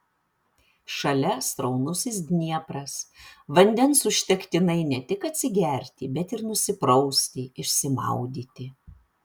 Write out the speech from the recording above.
šalia sraunusis dniepras vandens užtektinai ne tik atsigerti bet ir nusiprausti išsimaudyti